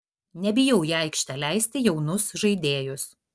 nebijau į aikštę leisti jaunus žaidėjus